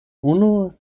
unu